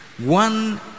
one